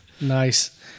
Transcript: Nice